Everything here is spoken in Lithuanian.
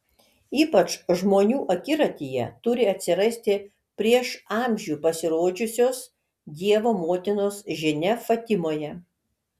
ypač žmonių akiratyje turi atsirasti prieš amžių pasirodžiusios dievo motinos žinia fatimoje